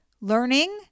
learning